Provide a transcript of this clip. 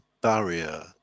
barrier